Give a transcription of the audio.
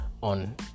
on